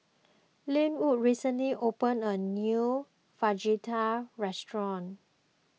Lenwood recently opened a new Fajitas Restaurant